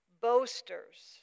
boasters